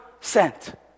sent